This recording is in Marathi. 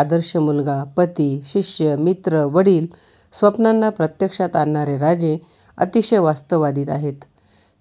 आदर्श मुलगा पती शिष्य मित्र वडील स्वप्नांना प्रत्यक्षात आणणारे राजे अतिशय वास्तवादित आहेत